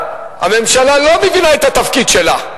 הממשלה לא מבינה את התפקיד שלה.